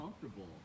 comfortable